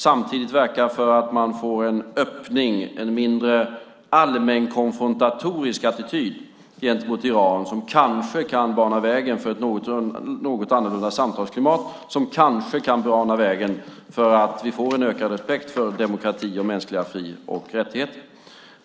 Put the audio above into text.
Samtidigt ska vi verka för att man får en mindre allmänkonfrontatorisk attityd gentemot Iran, vilket kanske kan bana väg för ett något annorlunda samtalsklimat, som kanske kan bana väg för att vi får en ökad respekt för demokrati och mänskliga fri och rättigheter.